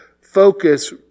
focus